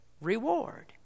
reward